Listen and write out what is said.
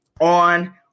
on